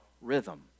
rhythm